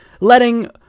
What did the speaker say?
letting